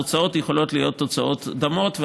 התוצאות יכולות להיות תוצאות דומות,